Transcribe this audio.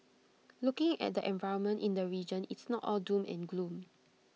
looking at the environment in the region it's not all doom and gloom